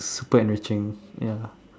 super enriching ya